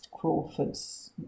Crawford's